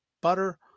butter